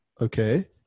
Okay